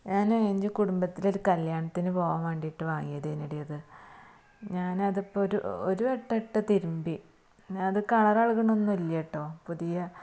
ഞാൻ എന്റെ കുടുംബത്തിൽ ഒരു കല്യാണത്തിന് പോവാൻ വേണ്ടിയിട്ട് വാങ്ങിയതായിരുന്നു എടീ അത് ഞാന് അത് ഇപ്പോൾ ഒരു വട്ടം ഇട്ട് തിരുമ്പി അത് കളര് ഇളകുന്നൊന്നുമില്ല കേട്ടോ പുതിയ